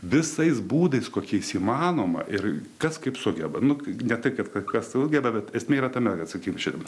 visais būdais kokiais įmanoma ir kas kaip sugeba nu kaip ne tai kad kai kas sugeba bet esmė yra tame kad sakykim šitaip